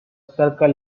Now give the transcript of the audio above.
circle